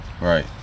Right